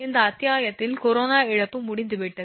இந்த அத்தியாயத்தில் கொரோனா இழப்பு முடிந்துவிட்டது